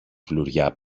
φλουριά